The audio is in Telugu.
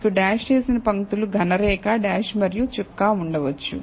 మీకు డాష్ చేసిన పంక్తులు ఘన రేఖ డాష్ మరియు చుక్క ఉండవచ్చు